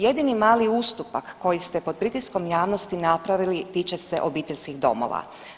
Jedini mali ustupak koji ste pod pritiskom javnosti napravili tiče se obiteljskih domova.